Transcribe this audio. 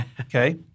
Okay